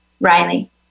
Riley